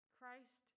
Christ